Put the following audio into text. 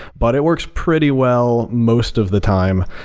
but it works pretty well most of the time.